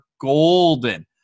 golden